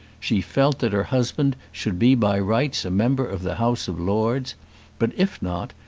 she felt that her husband should be by rights a member of the house of lords but, if not,